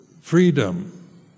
freedom